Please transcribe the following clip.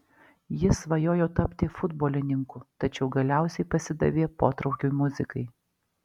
jis svajojo tapti futbolininku tačiau galiausiai pasidavė potraukiui muzikai